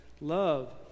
love